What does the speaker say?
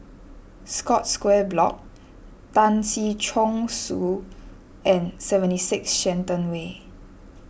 Scotts Square Block Tan Si Chong Su and seventy six Shenton Way